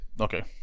okay